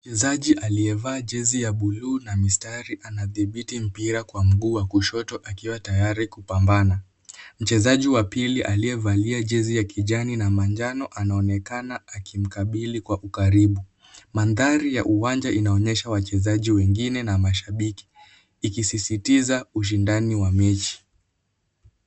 Mchezaji aliyevaa jezi ya buluu na mistari anadhibiti mpira kwa mguu wa kushoto akiwa tayari kupambana. Mchezaji wa pili aliyevalia jezi ya kijani na manjano anaonekana akimkabili kwa ukaribu. Mandhari ya uwanja inaonyesha wachezaji wengine na mashabiki ikisisitiza ushindani wa mechi.